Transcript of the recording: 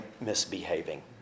misbehaving